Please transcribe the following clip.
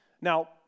Now